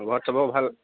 ঘৰত সবৰ ভাল